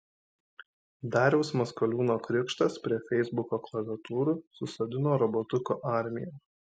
dariaus maskoliūno krikštas prie feisbuko klaviatūrų susodino robotukų armiją